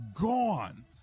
gone